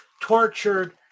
tortured